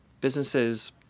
businesses